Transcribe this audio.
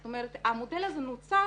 זאת אומרת, המודל הזה נוצר